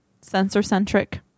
Sensor-centric